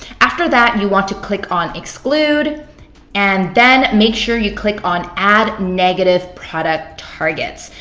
after that, you want to click on exclude and then make sure you click on add negative product targets.